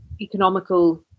economical